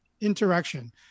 interaction